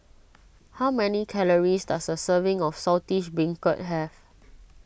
how many calories does a serving of Saltish Beancurd have